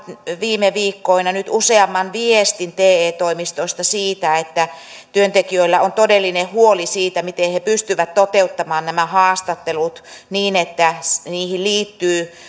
viime viikkoina nyt useamman viestin te toimistoista siitä että työntekijöillä on todellinen huoli siitä miten he pystyvät toteuttamaan nämä haastattelut niin että niihin liittyy